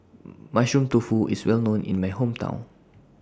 Mushroom Tofu IS Well known in My Hometown